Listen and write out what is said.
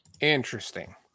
Interesting